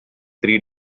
three